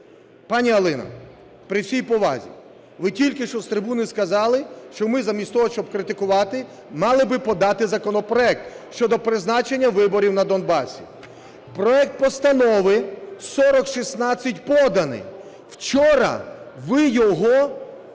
Пані Аліно, при всій повазі, ви тільки що з трибуни сказали, що ми замість того, щоб критикувати, мали би подати законопроект щодо призначення виборів на Донбасі. Проект Постанови 4016 поданий. Вчора ви його розглядали